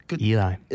Eli